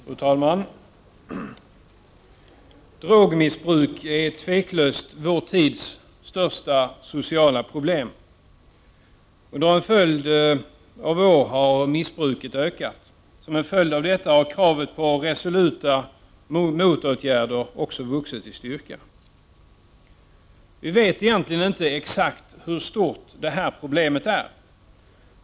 Fru talman! Drogmissbruk är otvivelaktigt vår tids största sociala pro 15 november 1989 blem. Under en följd av år har missbruket ökat. Som ett resultatavdettahar GG kravet på resoluta motåtgärder vuxit i styrka. Vi vet egentligen inte exakt hur stort problemet är.